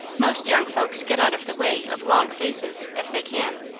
most young folks get out of the way of long faces, if they can.